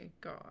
God